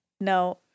No